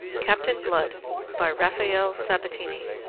captain blood by rafael sabatini